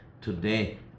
today